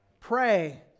Pray